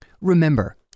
Remember